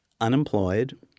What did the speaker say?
unemployed